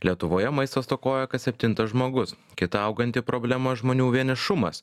lietuvoje maisto stokoja kas septintas žmogus kita auganti problema žmonių vienišumas